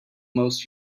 most